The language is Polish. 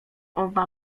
oba